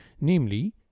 namely